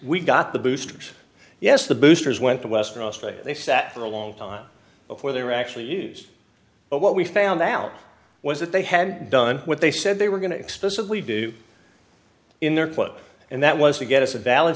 we got the boosters yes the boosters went to western australia they sat for a long time before they were actually used but what we found out was that they had done what they said they were going to explicitly do in their quote and that was to get us a valid